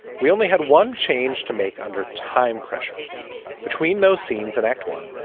we only had one change to make under time pressure between those scenes and act one.